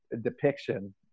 depiction